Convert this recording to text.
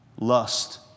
Lust